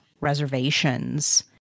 reservations